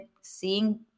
seeing